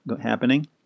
happening